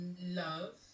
love